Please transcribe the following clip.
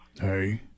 Hey